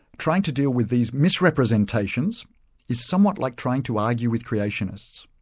trying to deal with these misrepresentations is somewhat like trying to argue with creationists,